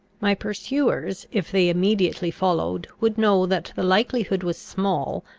my pursuers, if they immediately followed, would know that the likelihood was small,